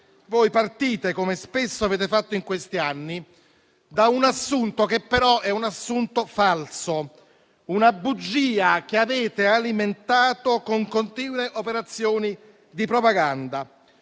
Voi partite, come spesso avete fatto in questi anni, da un assunto che però è falso, una bugia che avete alimentato con continue operazioni di propaganda,